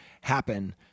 happen